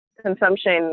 Consumption